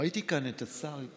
ראיתי כאן את השר,